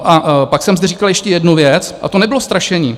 A pak jsem zde říkal ještě jednu věc a to nebylo strašení.